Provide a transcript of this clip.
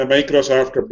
Microsoft